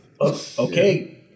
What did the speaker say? Okay